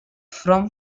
from